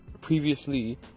previously